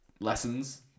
lessons